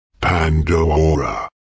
Pandora